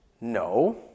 No